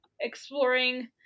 exploring